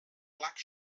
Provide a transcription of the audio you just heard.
black